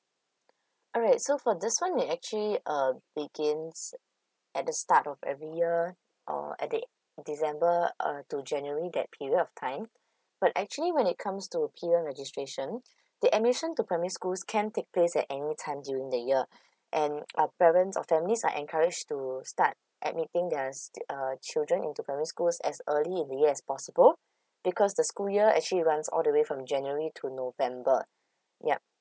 alright so for this one it actually um begins at the start of every year or at the december uh to january that period of time but actually when it comes to p one registration the admission to primary schools can take place at any time during the year and uh parents or families are encourage to start admitting their st~ uh children into primary school as early in the year as possible because the school year actually runs all the way from january to november yup